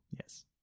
Yes